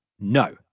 No